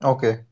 Okay